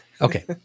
Okay